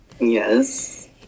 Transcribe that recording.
Yes